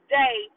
day